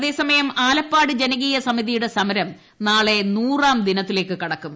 അതേസമയം ആലപ്പാട് ജനകീയസമിതിയുടെ സമരം നാളെ നൂറാം ദിനത്തിലേക്ക് കടക്കും